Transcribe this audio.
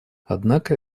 однако